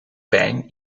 pijn